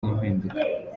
n’impinduka